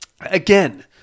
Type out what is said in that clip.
Again